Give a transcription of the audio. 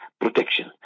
protection